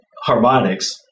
harmonics